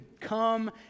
come